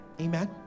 Amen